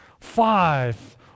five